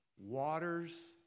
waters